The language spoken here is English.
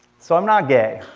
so, i'm not gay.